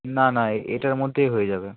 না না এ এটার মধ্যেই হয়ে যাবে